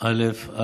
ביטחון,